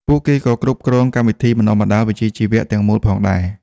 ពួកគេក៏គ្រប់គ្រងកម្មវិធីបណ្តុះបណ្តាលវិជ្ជាជីវៈទាំងមូលផងដែរ។